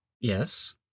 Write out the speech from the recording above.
Yes